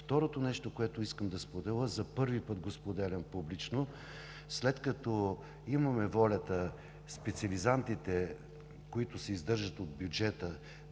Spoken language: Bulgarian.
Второто нещо, което за първи път го споделям публично: след като имаме волята специализантите, които се издържат от бюджета,